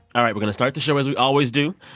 all right, we're going to start the show as we always do.